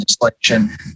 legislation